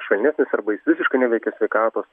švelnesnis arba jis visiškai neveikia sveikatos